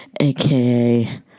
aka